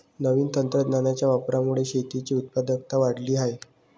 नवीन तंत्रज्ञानाच्या वापरामुळे शेतीची उत्पादकता वाढली आहे